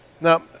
Now